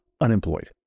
unemployed